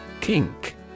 Kink